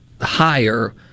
higher